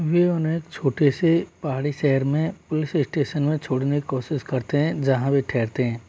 वे उन्हें छोटे से पहाड़ी शहर में पुलिस स्टेशन में छोड़ने कोशिश करते हैं जहाँ वे ठहरते हैं